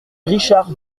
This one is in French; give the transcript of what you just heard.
richard